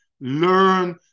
learn